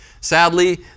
Sadly